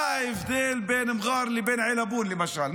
מה ההבדל בין מע'אר לבין עילבון, למשל?